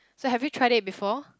so have you tried it before